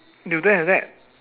you don't have that